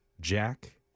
Jack